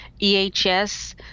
EHS